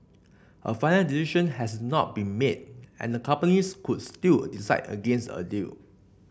a final decision has not been made and the companies could still decide against a deal